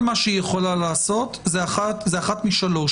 כל מה שהיא יכולה לעשות זה אחת משלוש: